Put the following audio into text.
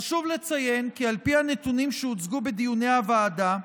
חשוב לציין כי על פי הנתונים שהוצגו בדיוני הוועדה,